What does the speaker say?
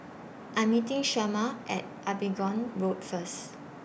I'm meeting Shemar At Abingdon Road First